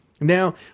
Now